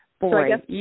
Boy